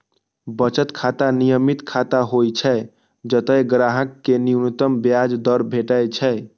बचत खाता नियमित खाता होइ छै, जतय ग्राहक कें न्यूनतम ब्याज दर भेटै छै